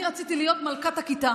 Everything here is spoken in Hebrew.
אני רציתי להיות מלכת הכיתה